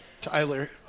tyler